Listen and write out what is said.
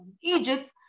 Egypt